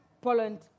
Poland